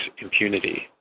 impunity